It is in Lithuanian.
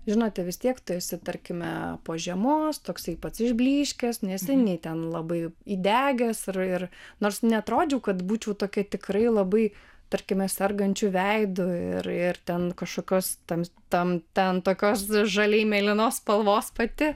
žinote vis tiek tu esi tarkime po žiemos toksai pats išblyškęs neseni nei ten labai įdegęs ir ir nors neatrodžiau kad būčiau tokia tikrai labai tarkime sergančiu veidu ir ir ten kažkokios ten tam ten tokios žaliai mėlynos spalvos pati